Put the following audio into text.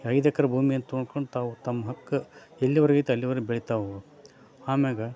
ಐದು ಎಕ್ರೆ ಭೂಮಿ ಅಂತ ನೋಡ್ಕೊಂಡ್ ತಾವು ತಮ್ಮ ಹಕ್ಕು ಎಲ್ಲಿವರೆಗೆ ಇತ್ತು ಅಲ್ಲಿವರೆಗೆ ಬೆಳೀತಾ ಹೋಗ್ಬೋದು ಆಮೇಲೆ